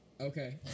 Okay